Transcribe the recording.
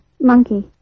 Monkey